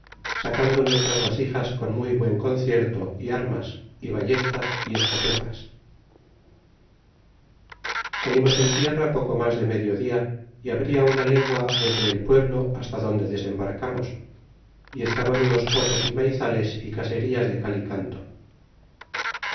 sacando nueotras vasijas con muy buen concierto y armas y ballestas y escopetas salimos en tierra poco mas de medio dia y habria una legua desde et pueblo hasta donde desembarcamos y estaban unos pozos y maizales y caserías de cal y canto